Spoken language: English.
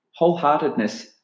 Wholeheartedness